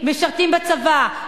משרתים בצבא,